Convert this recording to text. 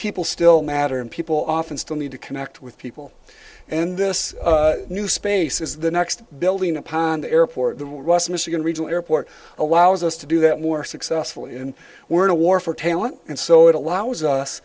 people still matter and people often still need to connect with people and this new space is the next building upon the airport the more us michigan regional airport allows us to do that more successful in we're in a war for talent and so it allows us